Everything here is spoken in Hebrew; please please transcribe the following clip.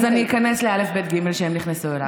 אז אני איכנס לא', ב', ג' שהם נכנסו אליו.